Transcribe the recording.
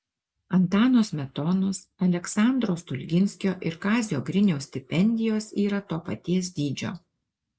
antano smetonos aleksandro stulginskio ir kazio griniaus stipendijos yra to paties dydžio